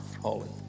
holy